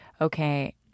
okay